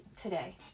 today